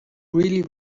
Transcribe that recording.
really